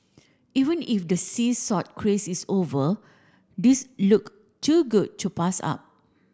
even if the sea salt craze is over these look too good to pass up